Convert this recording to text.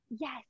yes